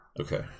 Okay